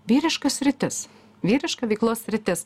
vyriška sritis vyriška veiklos sritis